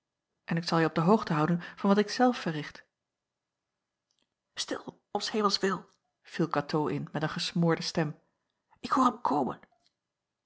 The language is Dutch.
en ik zal je op de hoogte houden van wat ik zelf verricht stil om s hemels wil viel katoo in met een gesmoorde stem ik hoor hem komen